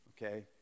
Okay